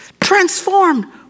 Transformed